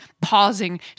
pausing